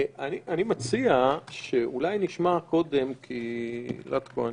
אני מציע שאולי נשמע קודם לטקו,